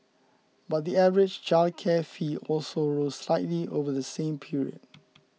but the average childcare fee also rose slightly over the same period